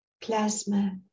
plasma